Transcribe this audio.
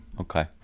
Okay